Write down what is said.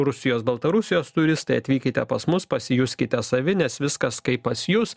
rusijos baltarusijos turistai atvykite pas mus pasijuskite savi nes viskas kaip pas jus